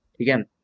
Again